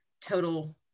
total